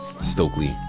Stokely